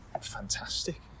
fantastic